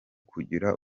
kugira